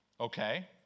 okay